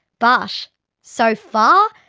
but so far,